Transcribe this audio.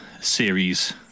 series